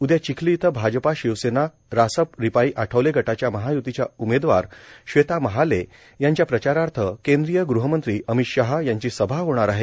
उद्या चिखली इथं भाजपा शिवसेना रासप रिपाई आठवले गटाच्या महायुतीच्या उमेदवार श्वेता महाले यांच्या प्रचारार्थ केंद्रीय गृहमंत्री अमित शहा यांची सभा होणार आहे